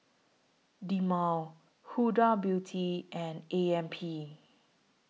Dilmah Huda Beauty and A M P